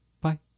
Bye